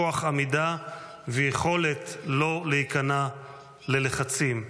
כוח עמידה ויכולת לא להיכנע ללחצים,